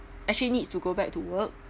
actually needs to go back to work